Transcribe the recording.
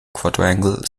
quadrangle